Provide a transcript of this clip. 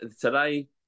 today